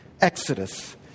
Exodus